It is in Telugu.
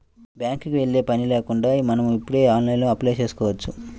బ్యేంకుకి యెల్లే పని కూడా లేకుండా మనం ఇప్పుడు ఆన్లైన్లోనే అప్లై చేసుకోవచ్చు